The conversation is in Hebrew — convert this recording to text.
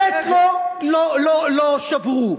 שלט לא שברו.